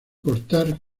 cortar